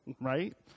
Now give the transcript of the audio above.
right